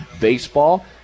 Baseball